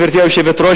גברתי היושבת-ראש,